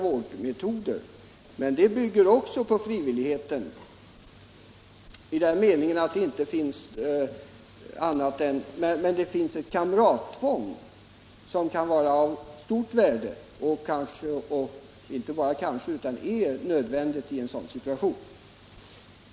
Hasselakollektivet bygger också på frivilligheten, men där finns ett kamrattvång som är av stort värde och säkert också nödvändigt med tanke på kollektivmedlemmarnas situation.